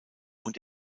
und